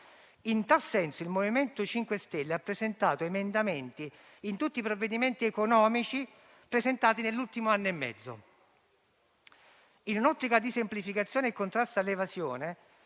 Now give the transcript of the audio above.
In tal senso il MoVimento 5 Stelle ha presentato emendamenti in tutti i provvedimenti economici presentati nell'ultimo anno e mezzo. In un'ottica di semplificazione e contrasto all'evasione,